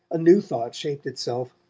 a new thought shaped itself.